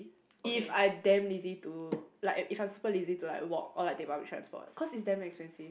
if I damn lazy to like I'm super lazy to like walk or take public transport cause is damn expensive